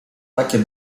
takie